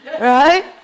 right